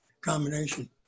combination